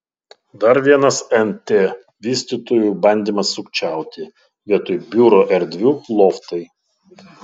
dar vienas nt vystytojų bandymas sukčiauti vietoj biuro erdvių loftai